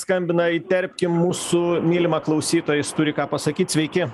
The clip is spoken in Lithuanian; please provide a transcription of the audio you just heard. skambina įterpkim mūsų mylimą klausytoją jis turi ką pasakyt sveiki